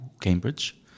Cambridge